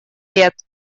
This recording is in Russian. лет